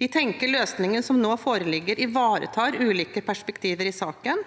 Vi tenker at løsningen som nå foreligger, ivaretar ulike perspektiver i saken,